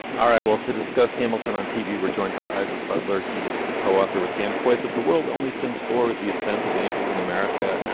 ah right, well, to discuss hamilton on tv, we're joined by isaac butler. he is the co-author with dan coats of the world only spins forward the ascent of angels in america.